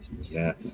Yes